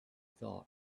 thought